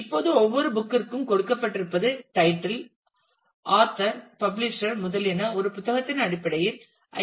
இப்போது ஒவ்வொரு புக் கிற்கும் கொடுக்கப்பட்டிருப்பது டைட்டில் ஆத்தர் பப்ளிஷேர் முதலியன ஒரு புத்தகத்தின் அடிப்படையில் ஐ